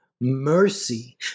mercy